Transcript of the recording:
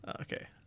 Okay